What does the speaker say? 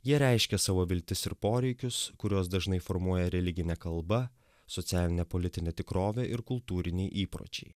jie reiškė savo viltis ir poreikius kurios dažnai formuoja religinė kalba socialinė politinė tikrovė ir kultūriniai įpročiai